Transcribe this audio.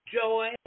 Joy